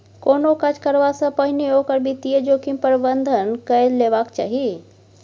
कोनो काज करबासँ पहिने ओकर वित्तीय जोखिम प्रबंधन कए लेबाक चाही